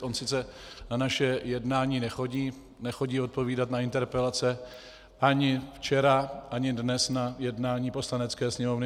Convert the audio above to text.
On sice na naše jednání nechodí, nechodí odpovídat na interpelace, ani včera ani dnes na jednání Poslanecké sněmovny.